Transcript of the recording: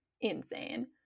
insane